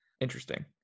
interesting